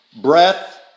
breath